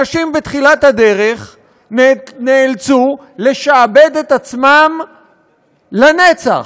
אנשים בתחילת הדרך נאלצו לשעבד את עצמם לנצח,